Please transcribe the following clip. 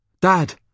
Dad